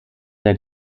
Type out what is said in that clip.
der